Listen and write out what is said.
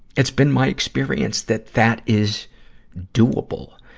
it's been my experience that that is doable.